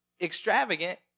extravagant